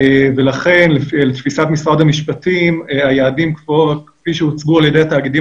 ולכן לתפיסת משרד המשפטים היעדים כפי שהוצגו על ידי התאגידים